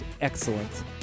excellent